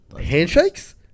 Handshakes